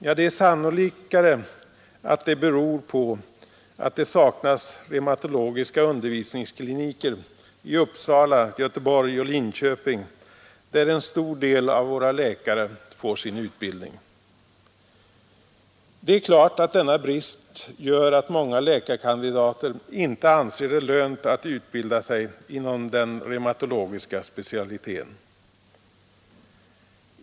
Det är mer sannolikt att det beror på att det saknas reumatologiska undervisningskliniker i Uppsala, Göteborg och Linköping, där en stor del av våra läkare får sin utbildning. Det är klart att denna brist medför att många läkarkandidater inte anser det lönt att utbilda sig inom den reumatologiska specialiteten.